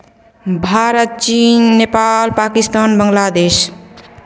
भारत चीन नेपाल पाकिस्तान बांग्लादेश